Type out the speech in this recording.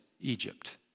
Egypt